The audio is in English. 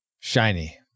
Shiny